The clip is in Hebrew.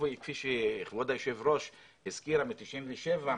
שכפי שכבוד היושבת-ראש הזכירה מ-97',